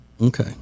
Okay